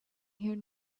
here